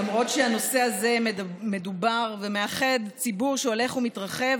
למרות שהנושא הזה מדובר ומאחד ציבור שהולך ומתרחב,